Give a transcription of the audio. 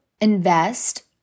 invest